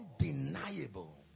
undeniable